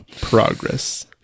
progress